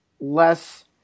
less